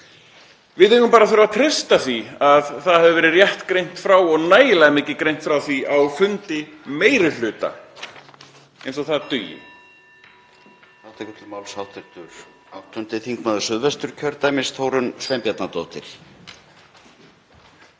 við eigum bara að þurfa að treysta því að það hafi verið rétt greint frá og nægilega mikið greint frá því á fundi meiri hluta, eins og það dugi.